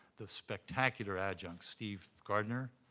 the spectacular adjunct, steve gardner,